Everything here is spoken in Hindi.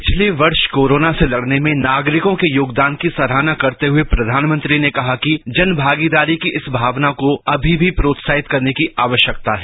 पिछते वर्ष कोरोना से तड़ने में नागरिकों के योगदान की सराहना करते हुए प्रधानमंत्री ने कहा कि जनमागीदारी की इसी भावना को अभी भी प्रोत्साहित करने की आवश्यकता है